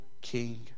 king